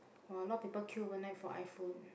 !wah! a lot of people queue overnight for iPhone